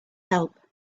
help